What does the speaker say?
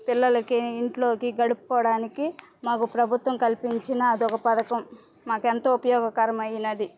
పిల్లలకి ఇంట్లోకి గడుపుకోవడానికి మాకు ప్రభుత్వం కల్పించిన అదొక పథకం మాకు ఎంతో ఉపయోగకరమైనది